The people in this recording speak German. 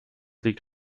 liegt